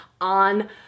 on